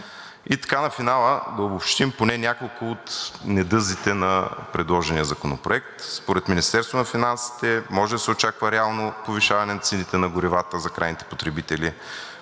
И на финала да обобщим поне няколко от недъзите на предложения Законопроект. Според Министерството на финансите може да се очаква реално повишаване на цените на горивата за крайните потребители;